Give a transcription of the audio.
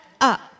up